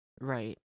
Right